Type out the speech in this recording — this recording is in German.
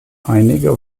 einige